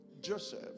Joseph